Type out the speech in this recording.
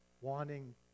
wanting